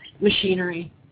machinery